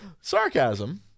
sarcasm